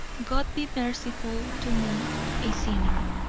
god be merciful to me a sinner!